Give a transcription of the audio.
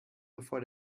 bevor